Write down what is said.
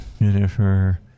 Jennifer